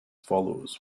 follows